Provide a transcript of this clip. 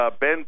Ben